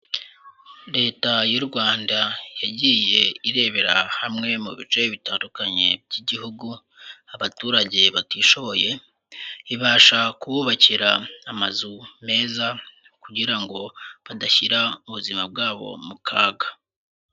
Leta y'u Rwanda, yagiye irebera hamwe, mu bice bitandukanye by'igihugu, abaturage batishoboye. Ibasha kububakira amazu meza. Kugira ngo badashyira ubuzima bwabo mu kaga.